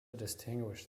distinguish